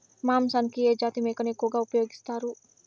మాంసానికి ఏ జాతి మేకను ఎక్కువగా ఉపయోగిస్తారు?